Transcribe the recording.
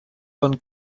von